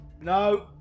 No